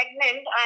pregnant